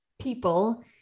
people